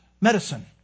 medicine